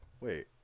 Wait